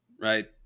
right